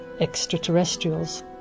extraterrestrials